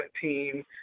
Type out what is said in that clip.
team